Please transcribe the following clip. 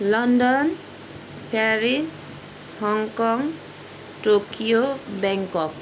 London Paris Hong Kong Tokyo Bangkok